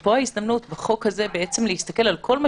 ופה ההזדמנות בחוק הזה להסתכל על כל מה